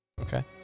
Okay